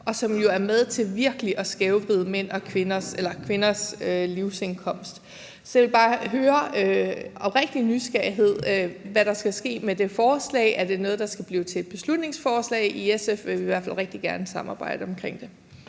og som jo er med til virkelig at skævvride kvinders livsindkomst. Så jeg vil bare høre med oprigtig nysgerrighed, hvad der skal ske med det forslag. Er det noget, der skal blive til et beslutningsforslag? I SF vil vi i hvert fald rigtig gerne samarbejde om det.